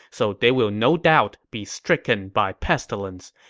so they will no doubt be stricken by pestilence.